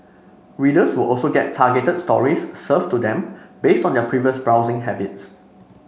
readers will also get targeted stories served to them based on their previous browsing habits